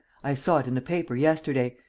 i saw it in the paper yesterday.